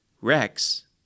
Rex